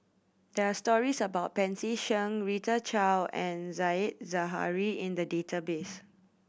there are stories about Pancy Seng Rita Chao and Said Zahari in the database